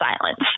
silence